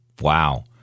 Wow